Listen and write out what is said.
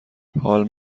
حال